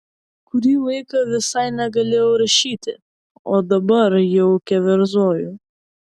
kurį laiką visai negalėjau rašyti o dabar jau keverzoju